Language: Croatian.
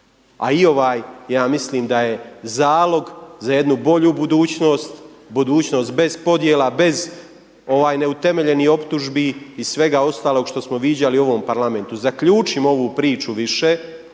a i ovaj ja mislim da je zalog za jednu bolju budućnost, budućnost bez podjela, bez neutemeljenih optužbi i svega ostalog što smo viđali u ovom Parlamentu. Zaključimo ovu priču više,